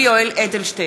יולי יואל אדלשטיין,